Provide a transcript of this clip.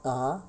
(uh huh)